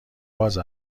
باز